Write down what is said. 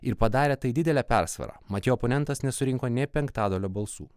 ir padarė tai didele persvara mat jo oponentas nesurinko nė penktadalio balsų